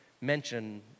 mention